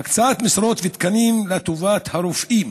הקצאת משרות ותקנים לטובת הרופאים